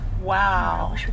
Wow